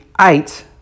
Eight